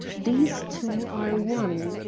these two are one,